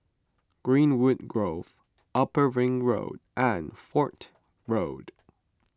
Greenwood Grove Upper Ring Road and Fort Road